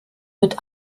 mit